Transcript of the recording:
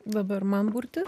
dabar man burtis